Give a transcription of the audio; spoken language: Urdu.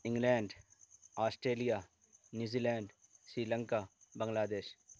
England Australia New Zealand Sri Lanka بنگلہ دیش